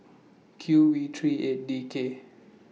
Q V three eight D K